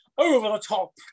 over-the-top